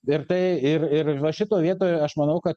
ir tai ir ir va šitoj vietoj aš manau kad